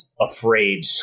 afraid